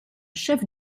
chef